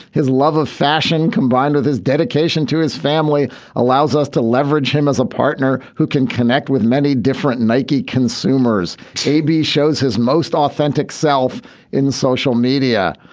his love of fashion combined with his dedication to his family allows us to leverage him as a partner who can connect with many different nike consumers j b. shows his most authentic self in social media.